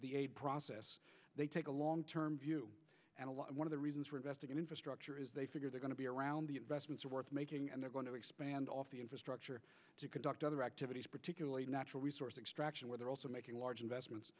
the process they take a long term view and one of the reasons we're investing in infrastructure is they figure they're going to be around the investments are worth making and they're going to expand off the infrastructure to conduct other activities particularly natural resource extraction where they're also making large investments